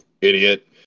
idiot